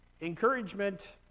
Encouragement